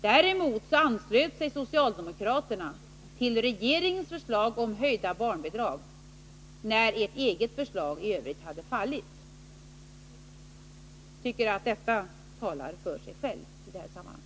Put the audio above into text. Däremot anslöt sig socialdemokraterna till regeringens förslag om höjda barnbidrag när deras eget förslag i övrigt hade fallit. Jag tycker detta talar för sig självt i det här sammanhanget.